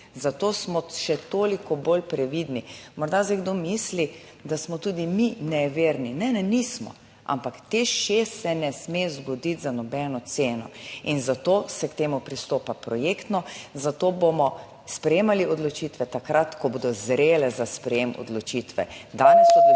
zato smo še toliko bolj previdni. Morda zdaj kdo misli, da smo tudi mi neverni, nismo, ampak Teš 6 se ne sme zgoditi za nobeno ceno in zato se k temu pristopa projektno, zato bomo sprejemali odločitve takrat, ko bodo zrele za sprejem odločitve. Danes odločitev